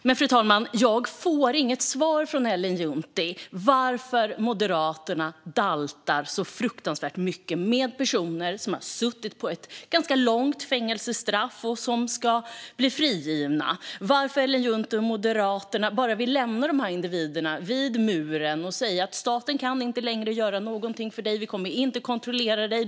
Men, fru talman, jag får inget svar från Ellen Juntti på varför Moderaterna daltar så fruktansvärt mycket med personer som har suttit av ett ganska långt fängelsestraff och ska bli frigivna, på varför Ellen Juntti och Moderaterna vill lämna de här individerna vid muren och säga att "staten kan inte längre göra någonting för dig. Vi kommer inte att kontrollera dig.